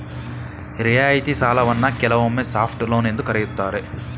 ರಿಯಾಯಿತಿ ಸಾಲವನ್ನ ಕೆಲವೊಮ್ಮೆ ಸಾಫ್ಟ್ ಲೋನ್ ಎಂದು ಕರೆಯುತ್ತಾರೆ